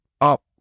up